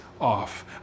off